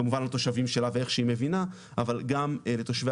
כמובן לתושבים שלה ואיך שהיא מבינה אבל גם לתושבי